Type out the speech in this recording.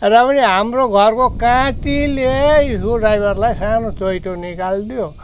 र पनि हाम्रो घरको काँटीले स्क्रुड्राइभरलाई सानो चोइटो निकालिदियो